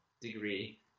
degree